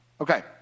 okay